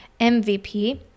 mvp